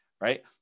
Right